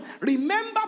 Remember